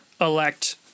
elect